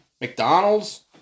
McDonald's